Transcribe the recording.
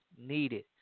needed